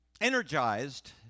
energized